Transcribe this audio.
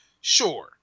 sure